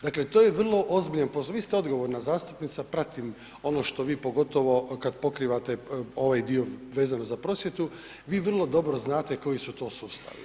Dakle to je vrlo ozbiljan posao, vi ste odgovorna zastupnica, pratim ono što vi pogotovo kad pokrivate ovaj dio vezano za prosvjetu, vi vrlo dobro znate koji su to sustavi.